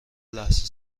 لحظه